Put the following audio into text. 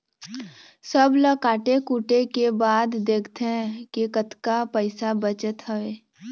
सब ल काटे कुटे के बाद देखथे के कतका पइसा बचत हवय